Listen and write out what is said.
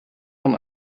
man